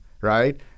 right